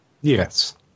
Yes